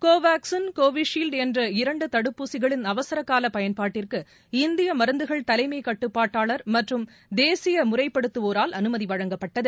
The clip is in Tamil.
கோவாக்ஸின் கோவிஸீல்டு என்ற இரண்டு தடுப்பூசிகளின் அவசரகால பயன்பாட்டிற்கு இந்திய மருந்துகள் தலைமை கட்டுப்பாட்டாளர் மற்றும் தேசிய முறைப்படுத்துவோரால் அனுமதி வழங்கப்பட்டது